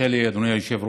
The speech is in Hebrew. הרשה לי, אדוני היושב-ראש,